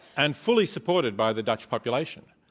and fully supported by the dutch population,